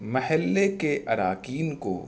محلے کے اراکین کو